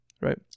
right